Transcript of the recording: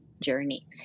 journey